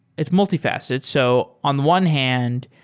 it's multifaceted. so on the one hand,